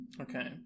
Okay